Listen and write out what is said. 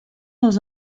dans